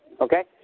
Okay